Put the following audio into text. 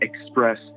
express